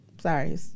Sorry